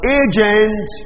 agent